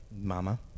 Mama